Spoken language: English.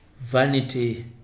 vanity